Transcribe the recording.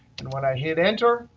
and when i hit enter,